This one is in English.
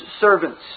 servants